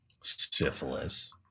Syphilis